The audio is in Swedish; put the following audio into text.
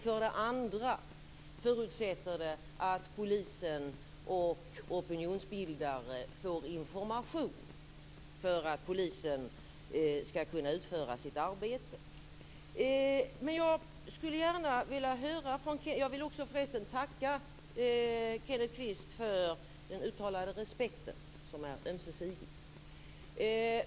För det andra förutsätter det att polisen och opinionsbildare får information för att polisen skall kunna utföra sitt arbete. Jag vill också tacka Kenneth Kvist för den uttalade respekten som är ömsesidig.